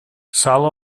sala